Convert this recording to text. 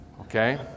okay